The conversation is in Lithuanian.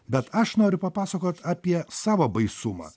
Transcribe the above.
bet aš noriu papasakot apie savo baisumą